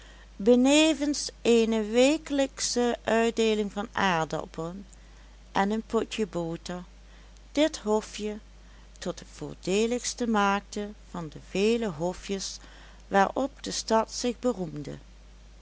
benevens eene wekelijksche uitdeeling van aardappelen en een potje boter dit hofje tot het voordeeligste maakte van de vele hofjes waarop de stad zich beroemde